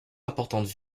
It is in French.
importantes